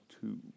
Two